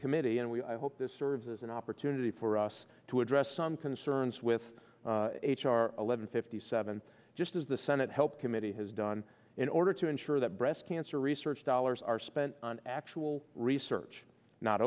committee and we hope this serves as an opportunity for us to address some concerns with h r eleven fifty seven just as the senate health committee has done in order to ensure that breast answer research dollars are spent on actual research not